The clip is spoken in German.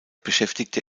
beschäftigte